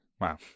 Wow